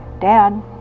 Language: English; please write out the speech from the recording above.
Dad